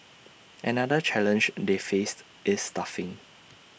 another challenge they faced is staffing